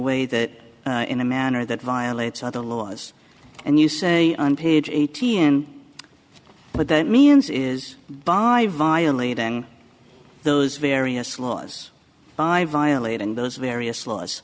way that in a manner that violates other laws and you say on page eighty in but that means is by violating those various laws by violating those various laws